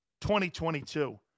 2022